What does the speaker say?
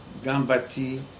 Gambati